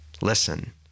listen